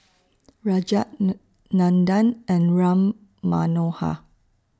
Rajat Nor Nandan and Ram Manohar